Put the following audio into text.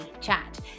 chat